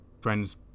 friend's